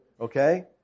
okay